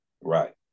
Right